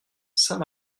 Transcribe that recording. saint